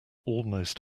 almost